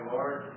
Lord